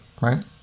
right